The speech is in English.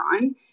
on